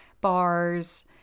bars